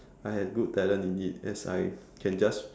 I have good talent in it as I can just